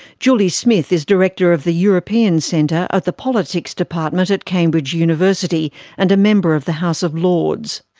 julie smith is director of the european centre at the politics department at cambridge university and a member of the house of lords.